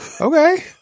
Okay